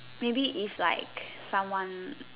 maybe if like someone